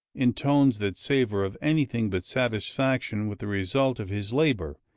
in tones that savor of anything but satisfaction with the result of his labor,